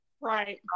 Right